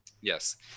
Yes